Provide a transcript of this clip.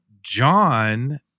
John